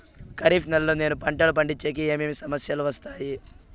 ఖరీఫ్ నెలలో నేను పంటలు పండించేకి ఏమేమి సమస్యలు వస్తాయి?